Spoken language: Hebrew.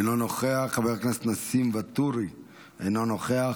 אינו נוכח,